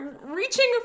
reaching